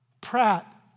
Pratt